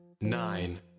Nine